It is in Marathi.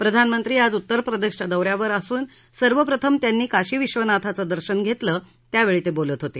प्रधानमंत्री आज उत्तरप्रदेशच्या दौऱ्यावर असून सर्वप्रथम त्यांनी काशीविश्वनाथाचं दर्शन घेतलं त्यावेळी ते बोलत होते